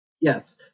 Yes